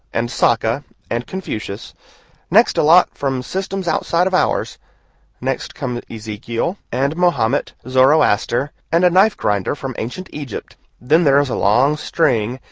and sakka and confucius next a lot from systems outside of ours next come ezekiel, and mahomet, zoroaster, and a knife-grinder from ancient egypt then there is a long string,